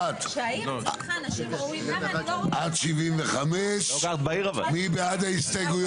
אני מצביע על הסתייגויות 71 עד 75. מי בעד ההסתייגויות?